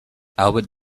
albert